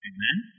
Amen